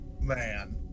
Man